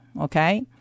okay